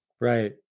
right